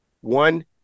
one